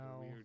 No